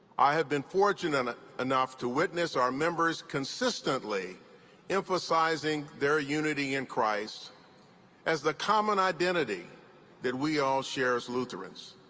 i have been fortunate enough to witness our members consistently emphasizing their unity in christ as the common identity that we all share as lutherans.